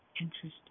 interesting